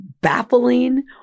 baffling